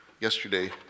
yesterday